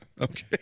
Okay